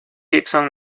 gibson